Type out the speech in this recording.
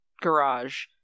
garage